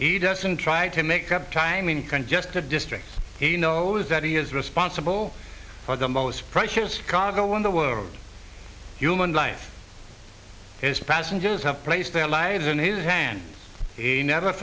he doesn't try to make up time in congested districts he knows that he is responsible for the most precious cargo in the world human life his passengers have placed their lives in his hands he never